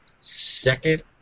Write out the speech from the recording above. second